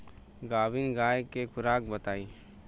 गाभिन गाय के खुराक बताई?